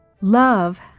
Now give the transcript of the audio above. Love